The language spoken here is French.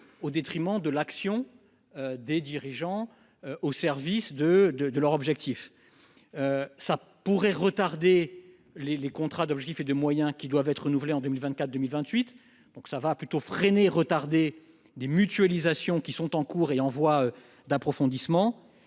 au détriment de l'action. Des dirigeants. Au service de de de leur objectif. Ça pourrait retarder les les contrats d'objectifs et de moyens qui doivent être renouvelés en 2024 2028, donc ça va plutôt freiné retarder des mutualisations qui sont en cours et voie d'approfondissement